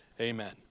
Amen